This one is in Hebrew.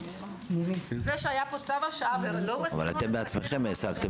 זה שהיה צו השעה- -- אבל אתם בעצמכם הפסקתם